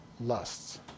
lusts